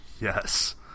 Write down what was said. Yes